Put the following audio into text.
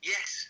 Yes